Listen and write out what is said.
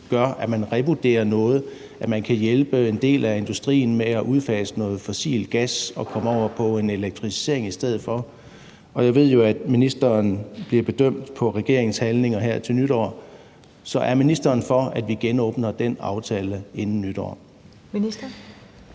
gør, at man revurderer noget, at man kan hjælpe en del af industrien med at udfase noget fossilt gas og komme over på en elektrificering i stedet for, og jeg ved jo, at ministeren bliver bedømt på regeringens handlinger her til nytår. Så er ministeren for, at vi genåbner den aftale inden nytår?